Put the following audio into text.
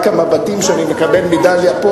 רק המבטים שאני מקבל מדליה פה,